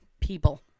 people